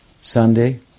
Sunday